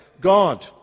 God